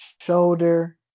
shoulder